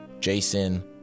Jason